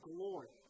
Glory